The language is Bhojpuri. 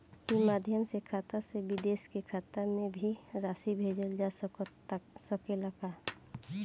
ई माध्यम से खाता से विदेश के खाता में भी राशि भेजल जा सकेला का?